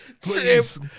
Please